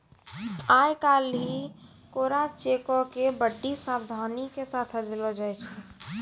आइ काल्हि कोरा चेको के बड्डी सावधानी के साथे देलो जाय छै